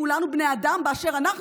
כולנו בני אדם באשר אנחנו,